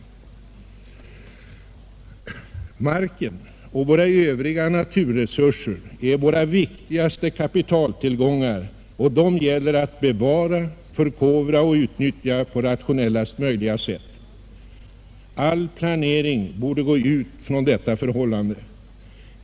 Marken och våra övriga naturresurser är våra viktigaste kapitaltillgångar, och dem gäller det att bevara, förkovra och utnyttja på rationellast möjliga sätt. All planering borde gå ut ifrån detta förhållande.